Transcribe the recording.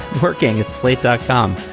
working at slate dot com.